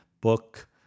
book